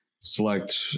select